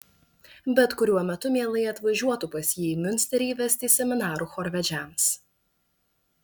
bet kuriuo metu mielai atvažiuotų pas jį į miunsterį vesti seminarų chorvedžiams